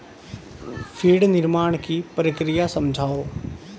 feed निर्माण की प्रक्रिया समझाओ